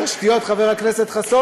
מה התקציב של התשתיות, חבר הכנסת חסון?